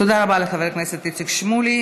תודה רבה לחבר הכנסת איציק שמולי.